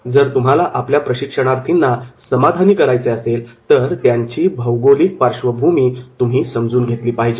जर तुम्हाला आपल्या प्रशिक्षणार्थींना समाधानी करायचे असेल तर त्यांची भौगोलिक पार्श्वभूमी तुम्ही समजून घेतली पाहिजे